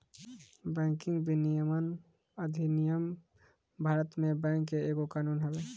banking विनियमन अधिनियम भारत में बैंक के एगो कानून हवे